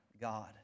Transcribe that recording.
God